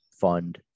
Fund